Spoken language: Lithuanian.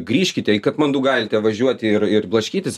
grįžkite į katmandu galite važiuoti ir ir blaškytis